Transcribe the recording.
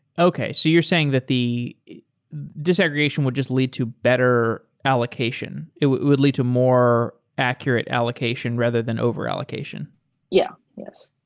okay. so you're saying that the disaggregation would just lead to better allocation. it would lead to more accurate allocation rather than over-allocation yeah. yes.